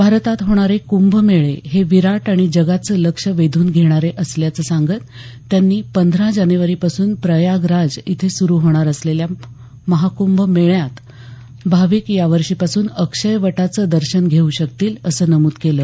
भारतात होणारे कुंभ मेळे हे विराट आणि जगाचं लक्ष वेधून घेणारे असल्याचं सांगत त्यांनी पंधरा जानेवारीपासून प्रयागराज इथे सुरु होणार असलेल्या महाकृंभ मेळ्यात भाविक यावर्षीपासून अक्षयवटाचं दर्शन घेऊ शकतील असं नमूद केलं